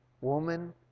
Woman